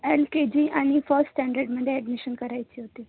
L K G आणि first स्टँडर्डमध्ये admission करायची होती